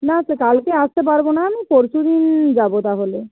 না সে কালকে আসতে পারব না আমি পরশু দিন যাব তাহলে